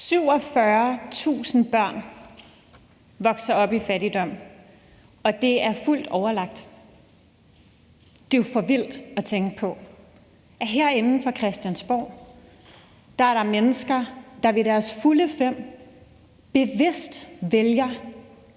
47.000 børn vokser op i fattigdom, og det lader man ske med fuldt overlæg. Det er jo for vildt at tænke på, at der herinde på Christiansborg er mennesker, som er ved deres fulde fem, der bevidst vælger,